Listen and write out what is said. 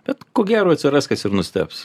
bet ko gero atsiras kas ir nustebs